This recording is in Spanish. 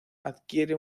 adquiere